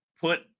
put